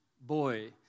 boy